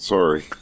Sorry